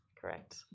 Correct